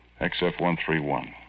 XF-131